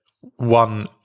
one